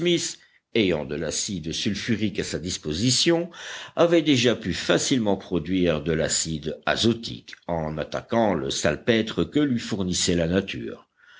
ayant de l'acide sulfurique à sa disposition avait déjà pu facilement produire de l'acide azotique en attaquant le salpêtre que lui fournissait la nature